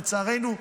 לצערנו,